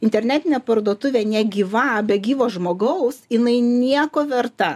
internetinė parduotuvė negyva be gyvo žmogaus jinai nieko verta